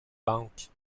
banque